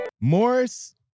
Morris